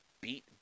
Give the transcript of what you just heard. beat